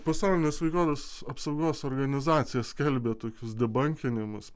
pasaulinė sveikatos apsaugos organizacija skelbia tokius debankinimus